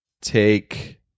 take